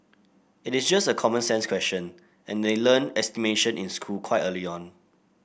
it is just a common sense question and they learn estimation in school quite early on